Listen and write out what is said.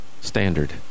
standard